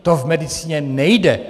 To v medicíně nejde.